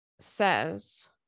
says